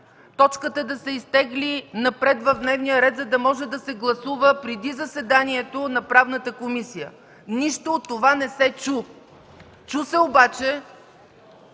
точката да се изтегли напред в дневния ред, за да може да се гласува преди заседанието на Правната комисия. Нищо от това не се чу! Чу се обаче